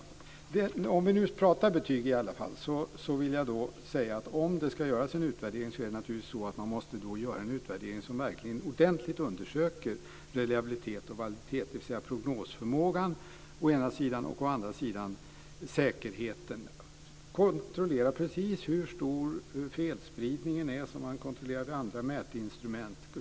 Eftersom vi nu pratar om betyg vill jag säga att om det nu ska göras en utvärdering måste man ordentligt undersöka reliabilitet och validitet, dvs. å ena sidan prognosförmågan och å andra sidan säkerheten. Man bör kontrollera precis hur stor felspridningen är som man kontrollerar vid andra mätinstrument.